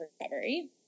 recovery